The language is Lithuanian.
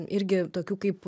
irgi tokiu kaip